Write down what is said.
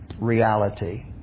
reality